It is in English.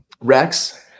Rex –